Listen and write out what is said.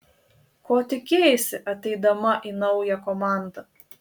ko tikėjaisi ateidama į naują komandą